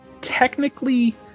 technically